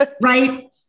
right